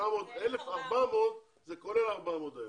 1,400 זה כולל ה-400 האלה.